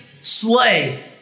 slay